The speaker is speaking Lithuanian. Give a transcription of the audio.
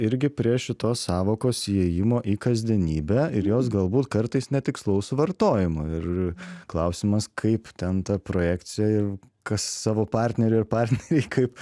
irgi prie šitos sąvokos įėjimo į kasdienybę ir jos galbūt kartais netikslaus vartojimo ir klausimas kaip ten ta projekcija ir kas savo partneriui ir partnerei kaip